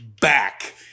back